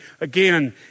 Again